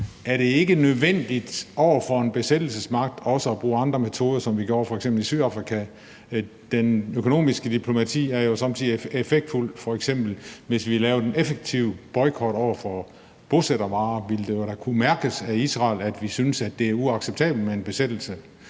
er det ikke nødvendigt over for en besættelsesmagt også at bruge andre metoder, som vi gjorde f.eks. i Sydafrika? Det økonomiske diplomati er jo somme tider effektfuldt. Hvis vi f.eks. lavede en effektiv boykot af bosættervarer, ville det da kunne mærkes af Israel, at vi synes, at det er uacceptabelt med en besættelse.